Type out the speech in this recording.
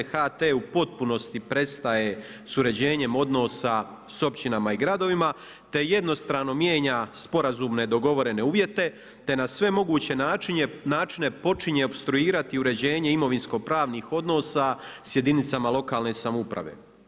HT u potpunosti s uređenjem odnosa sa općinama i gradovima, te jednostrano mijenja sporazumne dogovorene uvjete te na sve moguće načine počinje opstruirati uređenje imovinsko-pravnih odnosa s jedinicama lokalne samouprave.